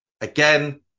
Again